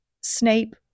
Snape